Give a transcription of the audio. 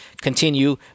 continue